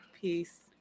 Peace